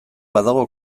badago